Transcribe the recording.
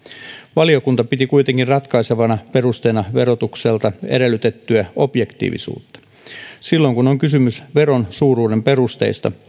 valiokunta piti kuitenkin ratkaisevana perusteena verotukselta edellytettyä objektiivisuutta silloin kun on kysymys veron suuruuden perusteista